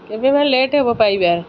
କେବେ ବା ଲେଟ୍ ହେବ ପାଇବା